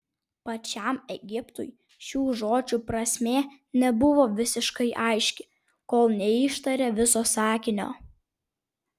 pačiam egiptui šių žodžių prasmė nebuvo visiškai aiški kol neištarė viso sakinio